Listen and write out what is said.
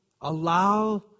allow